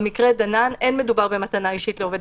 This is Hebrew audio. במקרה דנן אין מדובר במתנה אישית לעובד